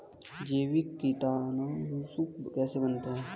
जैविक कीटनाशक कैसे बनाते हैं?